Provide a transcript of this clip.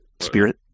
Spirit